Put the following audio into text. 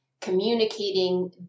communicating